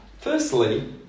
Firstly